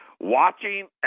watching